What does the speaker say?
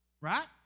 Right